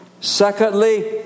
Secondly